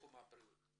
בתחום הבריאות.